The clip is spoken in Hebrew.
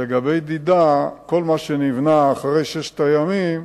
ולדידה כל מה שנבנה אחרי ששת הימים